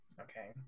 Okay